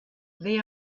they